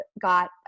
got